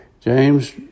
James